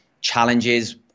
Challenges